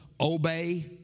obey